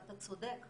ואתה צודק,